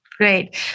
Great